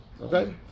Okay